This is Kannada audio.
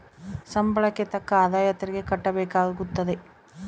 ಸಂಬಳಕ್ಕೆ ತಕ್ಕ ಆದಾಯ ತೆರಿಗೆ ಕಟ್ಟಬೇಕಾಗುತ್ತದೆ